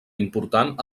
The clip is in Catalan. important